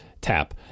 tap